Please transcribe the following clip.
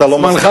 אתה לא מסכים?